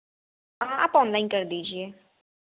हाँ आप ऑनलाइन कर दीजिए